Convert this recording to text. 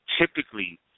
typically